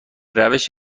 روش